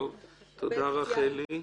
תודה, רחלי.